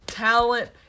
Talent